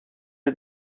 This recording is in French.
est